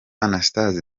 anastase